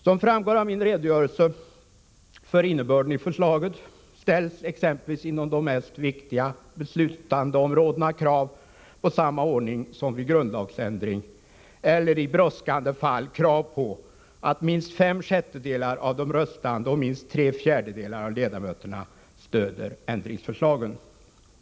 Som framgår av min redogörelse för innebörden i förslagen ställs exempelvis inom de mest viktiga beslutandeområdena krav på samma ordning som vid grundlagsändring eller, i brådskande fall, krav på att minst fem sjättedelar av de röstande och minst tre fjärdedelar av ledamöterna stöder ändringsförslagen.